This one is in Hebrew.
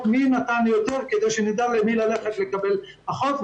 מי נתן יותר כדי שנדע למי ללכת כדי לקבל פחות.